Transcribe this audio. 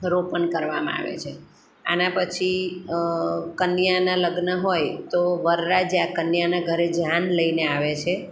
રોપણ કરવામાં આવે છે આના પછી કન્યાનાં લગ્ન હોય તો વરરાજા કન્યાનાં ઘરે જાન લઈને આવે છે